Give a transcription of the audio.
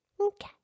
Okay